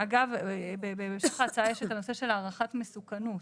אגב בהמשך ההצעה יש את הנושא של הערכת מסוכנות.